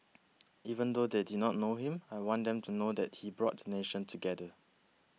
even though they did not know him I want them to know that he brought the nation together